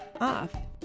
off